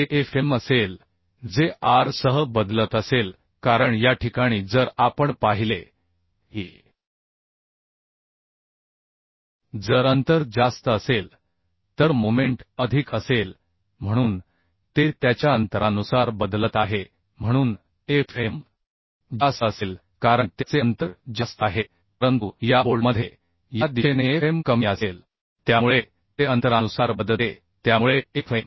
ते Fm असेल जे r सह बदलत असेल कारण या ठिकाणी जर आपण पाहिले की जर अंतर जास्त असेल तर मोमेंट अधिक असेल म्हणून ते त्याच्या अंतरानुसार बदलत आहे म्हणून Fm जास्त असेल कारण त्याचे अंतर जास्त आहे परंतु या बोल्टमध्ये या दिशेनेFm कमी असेल त्यामुळे ते अंतरानुसार बदलते त्यामुळे Fm